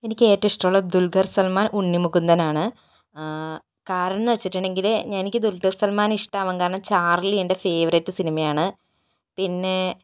എനിക്ക് ഏറ്റവും ഇഷ്ടമുള്ളത് ദുല്ഖര് സല്മാന് ഉണ്ണി മുകുന്ദന് ആണ് കാരണം എന്ന് വെച്ചിട്ടുണ്ടെങ്കിൽ എനിക്ക് ദുല്ഖര് സല്മാനെ ഇഷ്ടമാവാന് കാരണം ചാര്ലി എന്റെ ഫേവറേറ്റ് സിനിമയാണ് പിന്നെ